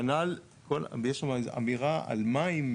כנ"ל יש שם אמירה על מים,